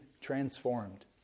transformed